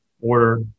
order